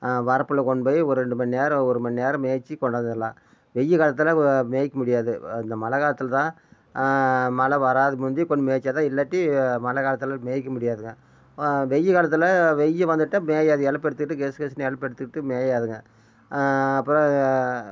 வரப்புல கொண்டு போய் ஒரு ரெண்டு மணிநேரம் ஒரு மணிநேரம் மேய்ச்சி கொண்டாந்துரலாம் வெய்யகாலத்தில் வ மேய்க்கமுடியாது வ இந்த மழை காலத்தில் தான் மழை வராது முந்தி கொண்டு மேய்ச்சாதான் இல்லாட்டி மழை காலத்தில் மேய்க்க முடியாது தான் வெய்ய காலத்தில் வெய்ய வந்துட்டால் மேயாது இலப்பு எடுத்துட்டு கெஸ் கெஸ்ன்னு இலப்பு எடுத்துட்டு மேயாதுங்க அப்புறம்